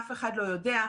אף אחד לא יודע.